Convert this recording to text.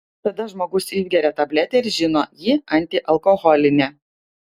tada žmogus išgeria tabletę ir žino ji antialkoholinė